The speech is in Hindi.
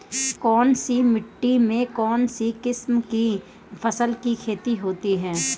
कौनसी मिट्टी में कौनसी किस्म की फसल की खेती होती है?